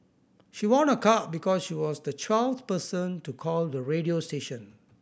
she won a car because she was the twelfth person to call the radio station